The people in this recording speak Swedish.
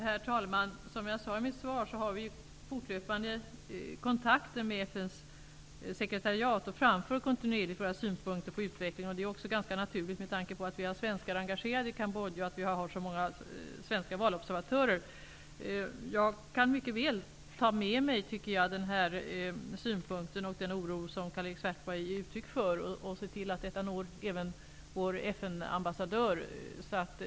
Herr talman! Som jag sade i mitt svar har vi fortlöpande kontakter med FN:s sekretariat och framför kontinuerligt våra synpunkter på utvecklingen. Det är ganska naturligt med tanke på att svenskar är engagerade i Cambodja och att vi har så många svenska valobservatörer. Jag kan mycket väl ta med mig de synpunkter och den oro som Karl-Erik Svartberg ger uttryck för och se till att de når vår FN-ambassadör.